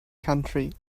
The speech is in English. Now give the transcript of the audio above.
country